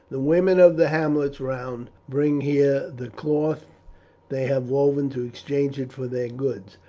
the women of the hamlets round bring here the cloth they have woven to exchange it for their goods,